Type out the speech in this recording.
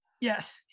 yes